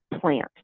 plant